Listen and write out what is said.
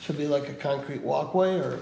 should be like a concrete walkway or